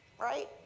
Right